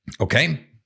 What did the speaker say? Okay